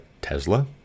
Tesla